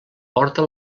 porta